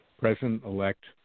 President-elect